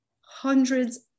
hundreds